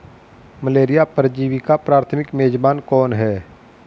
Malaria परजीवी का प्राथमिक मेजबान कौन है?